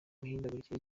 mihindagurikire